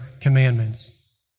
commandments